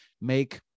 make